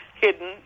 hidden